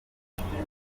hashyizwe